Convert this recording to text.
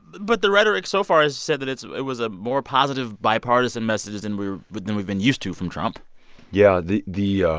but the rhetoric so far has said that it's it was a more positive, bipartisan messages than we were but than we've been used to from trump yeah. the the ah